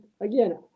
again